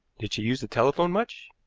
did she use the telephone much?